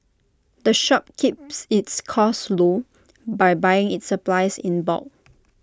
the shop keeps its costs low by buying its supplies in bulk